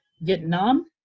Vietnam